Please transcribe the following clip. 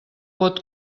pot